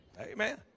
Amen